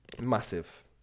Massive